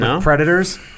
Predators